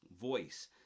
voice